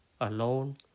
alone